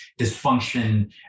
dysfunction